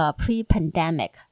pre-pandemic